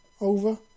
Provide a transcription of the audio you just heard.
Over